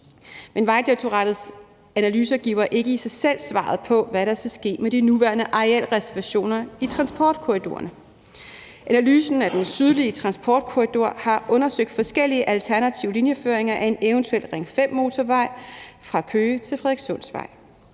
Men Vejdirektoratets analyser giver ikke i sig selv svaret på, hvad der skal ske med de nuværende arealreservationer i transportkorridorerne. Analysen af den sydlige transportkorridor har undersøgt forskellige alternative linjeføringer af en eventuel Ring 5-motorvej fra Køge til Frederikssundsvej,